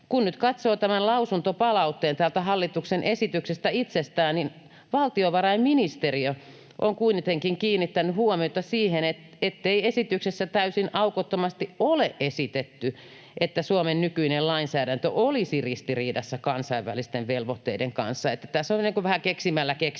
Kun nyt katsoo tämän lausuntopalautteen täältä hallituksen esityksestä itsestään, niin valtiovarainministeriö on kuitenkin kiinnittänyt huomiota siihen, ettei esityksessä täysin aukottomasti ole esitetty, että Suomen nykyinen lainsäädäntö olisi ristiriidassa kansainvälisten velvoitteiden kanssa. Tässä on niin kuin vähän keksimällä